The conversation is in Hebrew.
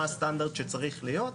מה הסטנדרט שצריך להיות,